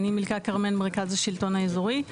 אני מילכה כרמל ממרכז השלטון האזורי.